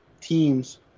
teams